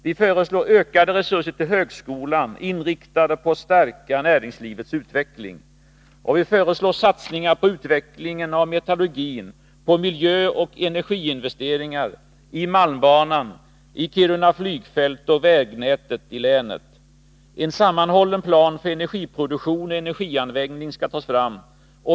Vi föreslår ökade resurser till högskolan, inriktade på att stärka näringslivets utveckling. Vi föreslår satsningar på utvecklingen av metallurgin, på miljöoch energiinvesteringar i malmbanan, i Kiruna flygfält och vägnätet i länet. En sammanhållen plan för energiproduktion och energianläggning skall tas fram.